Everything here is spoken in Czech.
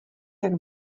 jak